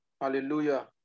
hallelujah